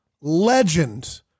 legend